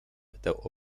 pytał